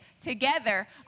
together